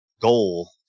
goal